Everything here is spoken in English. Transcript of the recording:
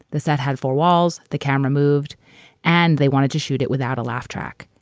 the set had four walls, the camera moved and they wanted to shoot it without a laugh track.